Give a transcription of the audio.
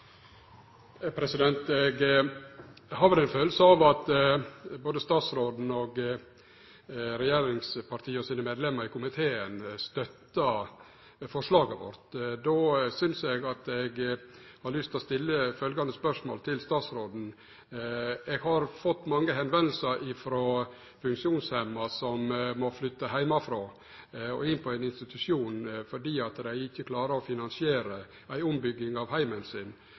replikkordskifte. Eg har vel ein følelse av at både statsråden og regjeringspartia sine medlemer i komiteen støttar forslaget vårt. Då har eg lyst til å stille følgjande spørsmål til statsråden: Eg har fått mange meldingar frå funksjonshemma som må flytte frå heimen og inn på ein institusjon fordi dei ikkje klarer å finansiere ei ombygging av heimen sin,